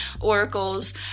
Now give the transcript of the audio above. oracles